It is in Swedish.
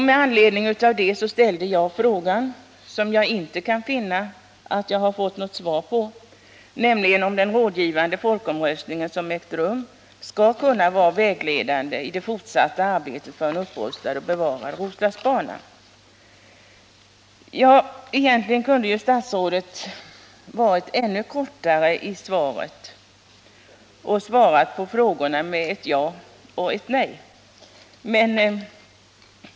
Med anledning därav ställde jag en fråga — som jag inte kan finna att jag har fått något svar på — nämligen om den rådgivande folkomröstning som ägt rum skall kunna vara vägledande i det fortsatta arbetet för en upprustning och ett bevarande av Roslagsbanan. Egentligen kunde ju statsrådet ha svarat ännu kortare. med ett ja eller ett nej.